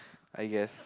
I guess